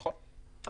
נכון.